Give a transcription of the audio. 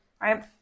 right